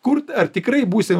kur ar tikrai būsim